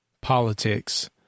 politics